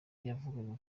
yavugaga